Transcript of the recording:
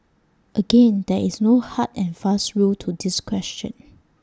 again there is no hard and fast rule to this question